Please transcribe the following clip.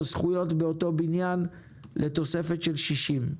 זכויות באותו בניין לתוספת של 60 מטרים.